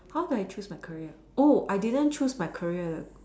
how do I choose my career I didn't choose my career